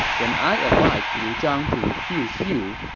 when i advised liu zhang to refuse you,